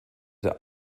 der